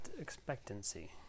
expectancy